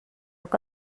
que